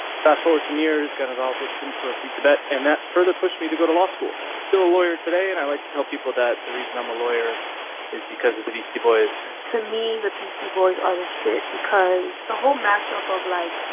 fast forward some years, got involved with students for a free tibet, and that further pushed me to go to law school. still a lawyer today, and i like to tell people that the reason i'm a lawyer is because of the beastie boys to me, the beastie boys are the shit because the whole mash-up of, like,